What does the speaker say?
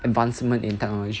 advancement in technology